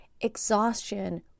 exhaustion